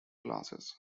classes